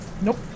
Nope